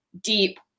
deep